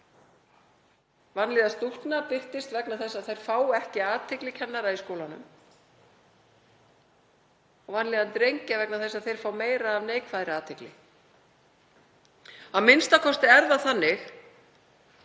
vanlíðan stúlkna birtist vegna þess að þær fái ekki athygli kennara í skólanum, vanlíðan drengja vegna þess að þeir fá meira af neikvæðri athygli, a.m.k. er það þannig